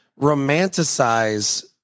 romanticize